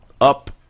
up